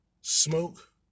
smoke